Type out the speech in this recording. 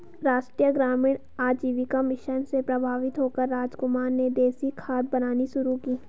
राष्ट्रीय ग्रामीण आजीविका मिशन से प्रभावित होकर रामकुमार ने देसी खाद बनानी शुरू की